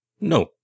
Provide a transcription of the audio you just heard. No